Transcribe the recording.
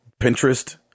Pinterest